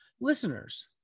listeners